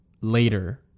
later